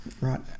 Right